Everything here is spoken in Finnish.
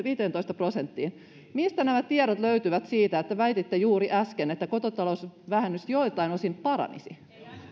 viiteentoista prosenttiin mistä nämä tiedot löytyvät siitä mitä väititte juuri äsken että kotitalousvähennys joiltain osin paranisi